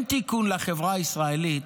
אין תיקון לחברה הישראלית,